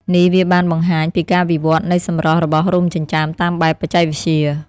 នេះវាបានបង្ហាញពីការវិវឌ្ឍន៍នៃសម្រស់របស់រោមចិញ្ចើមតាមបែបបច្ចេកវិទ្យា។